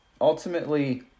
ultimately